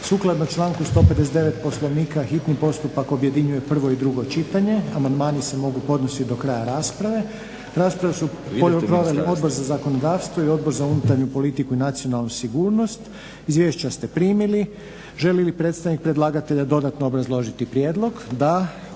Sukladno članku 159. Poslovnika hitni postupak objedinjuje prvo i drugo čitanje. Amandmani se mogu podnositi do kraja rasprave. Raspravu su proveli Odbor za zakonodavstvo i Odbor za unutarnju politiku i nacionalnu sigurnost. Izvješća ste primili. Želi li predstavnik predlagatelja dodatno obrazložiti prijedlog? Da.